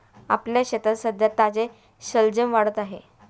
आपल्या शेतात सध्या ताजे शलजम वाढत आहेत